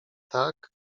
tak